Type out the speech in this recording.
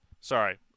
sorry